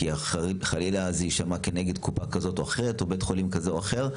כי חלילה זה יישמע כנגד קופה כזאת או אחרת או בית חולים כזה או אחר,